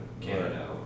Canada